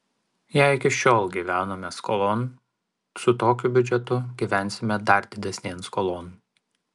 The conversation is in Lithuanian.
jei iki šiol gyvenome skolon su tokiu biudžetu gyvensime dar didesnėn skolon